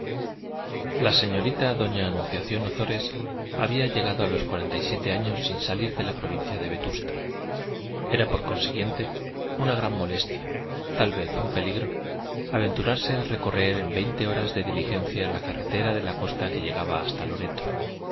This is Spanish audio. la señorita doña anunciación ozores había llegado a los cuarenta y siete años sin salir de la provincia de vetusta era por consiguiente una gran molestia tal vez un peligro aventurarse a recorrer en veinte horas de diligencia la carretera de la costa que llegaba hasta loreto